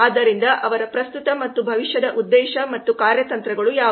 ಆದ್ದರಿಂದ ಅವರ ಪ್ರಸ್ತುತ ಮತ್ತು ಭವಿಷ್ಯದ ಉದ್ದೇಶ ಮತ್ತು ಕಾರ್ಯತಂತ್ರಗಳು ಯಾವುವು